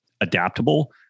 adaptable